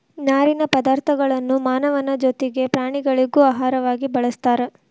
ನಾರಿನ ಪದಾರ್ಥಗಳನ್ನು ಮಾನವನ ಜೊತಿಗೆ ಪ್ರಾಣಿಗಳಿಗೂ ಆಹಾರವಾಗಿ ಬಳಸ್ತಾರ